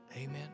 Amen